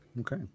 Okay